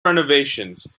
renovations